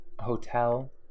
hotel